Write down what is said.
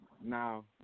now